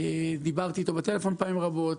דיברתי איתו בטלפון פעמים רבות.